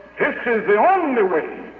this is the only way.